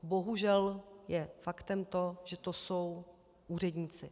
Bohužel je faktem, že to jsou úředníci.